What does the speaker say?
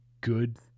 good